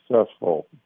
successful